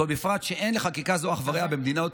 זאת, בפרט שאין לחקיקה זו אח ורע במדינות